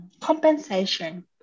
Compensation